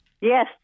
Yes